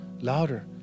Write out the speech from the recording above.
louder